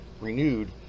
renewed